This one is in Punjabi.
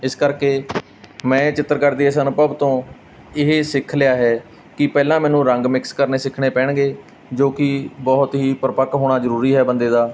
ਇਸ ਕਰਕੇ ਮੈਂ ਚਿੱਤਰਕਾਰ ਦੇ ਇਸ ਅਨੁਭਵ ਤੋਂ ਇਹ ਸਿੱਖ ਲਿਆ ਹੈ ਕਿ ਪਹਿਲਾਂ ਮੈਨੂੰ ਰੰਗ ਮਿਕਸ ਕਰਨੇ ਸਿੱਖਣੇ ਪੈਣਗੇ ਜੋ ਕਿ ਬਹੁਤ ਹੀ ਪ੍ਰਪੱਕ ਹੋਣਾ ਜ਼ਰੂਰੀ ਹੈ ਬੰਦੇ ਦਾ